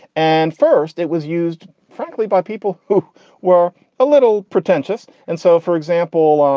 and first it was used, frankly, by people who were a little pretentious. and so, for example, um